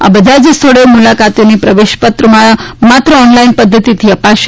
આ બધા જ સ્થળોએ મુલાકાતીઓને પ્રવેશપત્રો માત્ર ઓનલાઈન પદ્ધતિથી અપાશે